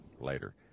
Later